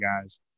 guys